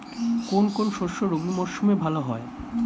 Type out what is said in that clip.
কোন কোন শস্য রবি মরশুমে ভালো হয়?